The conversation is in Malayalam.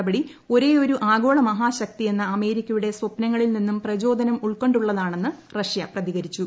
നടപടി ഒരേയൊരു ആഗോള മഹാശക്തിയെന്ന അമേരിക്കയുടെ സ്വപ്നങ്ങളിൽ നിന്നും പ്രചോദനം ഉൾക്കൊണ്ടുള്ളതാണെന്ന് റഷ്യ പ്രതികരിച്ചു